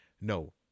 No